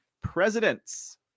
presidents